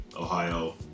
Ohio